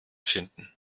finden